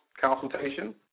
consultation